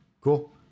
cool